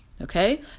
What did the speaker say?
Okay